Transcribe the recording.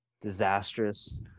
disastrous